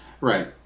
Right